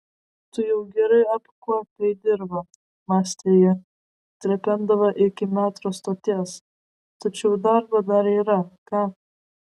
tu jau gerai apkuopei dirvą mąstė ji trependama iki metro stoties tačiau darbo dar yra ką